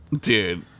Dude